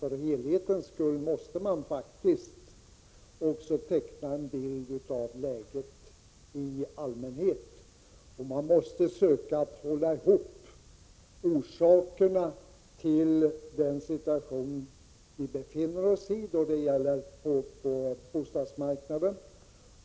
För helhetens skulle måste man faktiskt teckna en bild av läget i allmänhet och försöka hålla samman orsakerna till den situation vi befinner oss i vad gäller bostadsmarknaden.